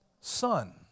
Son